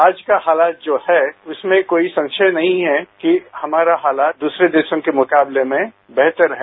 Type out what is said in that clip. आज का हालात जो हैं उसमें कोई संशय नहीं है कि हमारा हालात दूसरे देशों के मुकाबले में बेहतर हैं